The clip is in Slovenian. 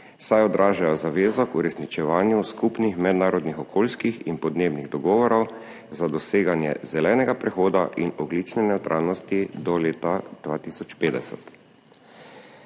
saj odražajo zavezo k uresničevanju skupnih mednarodnih okoljskih in podnebnih dogovorov za doseganje zelenega prehoda in ogljične nevtralnosti do leta 2050.